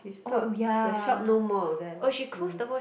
we stop the shop no more there mm